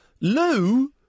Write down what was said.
Lou